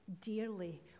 dearly